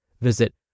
Visit